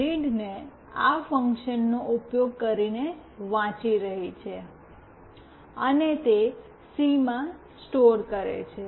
read ને આ ફંકશનનો ઉપયોગ કરીને વાંચી રહી છે અને તે સી માં સ્ટોર કરે છે